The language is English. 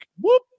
whoop